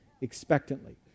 expectantly